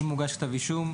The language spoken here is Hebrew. אם הוגש כתב אישום,